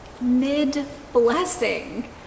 Mid-blessing